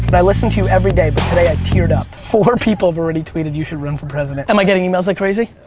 but i listen to you every day but today i teared up. four people have already tweeted you should run for president. am i getting emails like crazy?